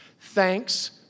Thanks